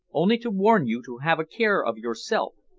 only to warn you to have a care of yourself,